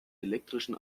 elektrischen